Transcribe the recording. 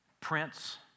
prince